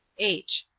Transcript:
h.